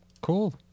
Cool